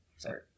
Sorry